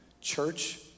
church